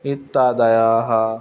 इत्यादयः